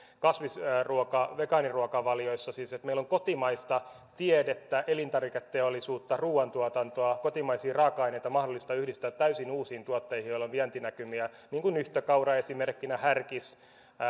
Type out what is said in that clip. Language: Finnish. kasvisruoka vegaaniruokavaliossa niin meillä on kotimaista tiedettä elintarviketeollisuutta ruoantuotantoa kotimaisia raaka aineita mahdollista yhdistää täysin uusiin tuotteisiin joilla on vientinäkymiä niin kuin esimerkkinä nyhtökaura härkis